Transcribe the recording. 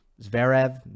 Zverev